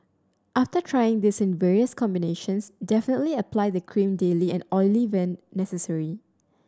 after trying this in various combinations definitely apply the cream daily and oil only when necessary